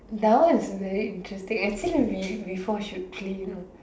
that one was very interesting actually we we four should clean